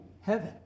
heaven